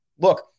look